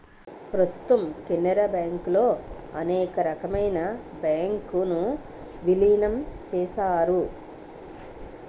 ప్రస్తుతం కెనరా బ్యాంకులో అనేకమైన బ్యాంకు ను విలీనం చేశారు